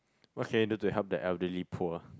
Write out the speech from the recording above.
okay do to help the elderly poor